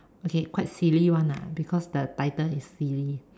okay quite silly one lah because the title is silly